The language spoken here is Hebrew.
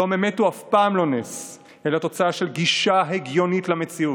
שלום אמת הוא אף פעם לא נס אלא תוצאה של גישה הגיונית למציאות.